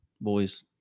boys